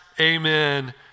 amen